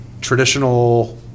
traditional –